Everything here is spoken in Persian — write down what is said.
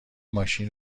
ماشین